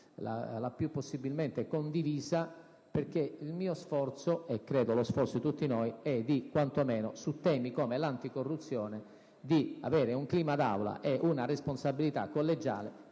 che sia possibilmente la più condivisa. Il mio sforzo, e credo lo sforzo di tutti noi, è, quanto meno su temi come l'anticorruzione, di instaurare un clima d'Aula e una responsabilità collegiale